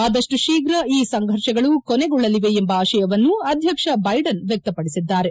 ಅದಮ್ಬ ಶೀಘ್ರ ಈ ಸಂಘರ್ಷಗಳು ಕೊನೆಗೊಳ್ಳಲಿವೆ ಎಂಬ ಆಶಯವನ್ನು ಅಧ್ವಕ್ಷ ಬೈಡನ್ ವ್ಹತಪಡಿಸಿದ್ದಾರೆ